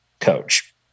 coach